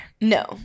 No